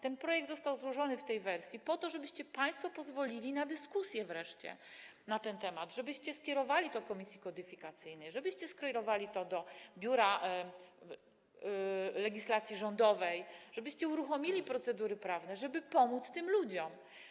Ten projekt został złożony w tej wersji po to, żebyście państwo wreszcie pozwolili na dyskusję na ten temat, żebyście to skierowali do komisji kodyfikacyjnej, żebyście skierowali to do biura legislacji rządowej, żebyście uruchomili procedury prawne, żeby pomóc tym ludziom.